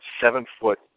seven-foot